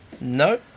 No